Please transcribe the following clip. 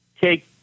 Take